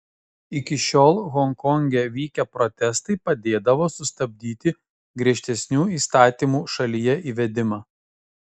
iki šiol honkonge vykę protestai padėdavo sustabdyti griežtesnių įstatymų šalyje įvedimą